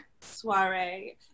soiree